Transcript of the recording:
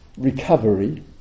recovery